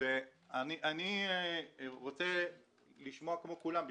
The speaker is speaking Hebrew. אני רוצה לשמוע כמו כולם,